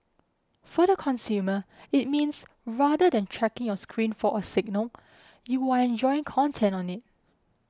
for the consumer it means rather than checking your screen for a signal you're enjoying content on it